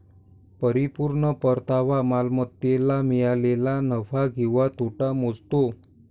परिपूर्ण परतावा मालमत्तेला मिळालेला नफा किंवा तोटा मोजतो